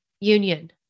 Union